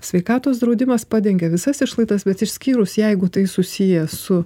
sveikatos draudimas padengia visas išlaidas bet išskyrus jeigu tai susiję su